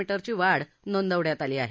मी ची वाढ नोंदविण्यात आली आहे